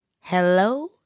Hello